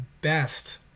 best